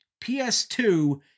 PS2